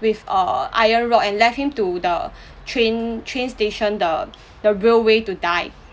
with a iron rod and left him to the train train station the the railway to die